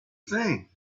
thing